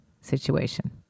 situation